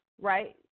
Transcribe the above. right